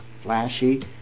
flashy